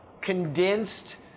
condensed